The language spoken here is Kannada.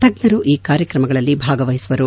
ತಜ್ಞರು ಈ ಕಾರ್ಯಕ್ರಮಗಳಲ್ಲಿ ಭಾಗವಹಿಸುವರು